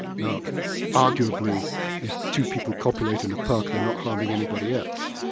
now arguably if two people copulate in a park, they're not harming anybody else,